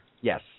Yes